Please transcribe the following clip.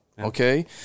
Okay